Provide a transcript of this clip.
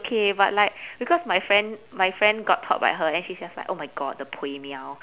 's just like oh my god the puay miao